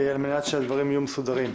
על מנת שהדברים יהיו מסודרים.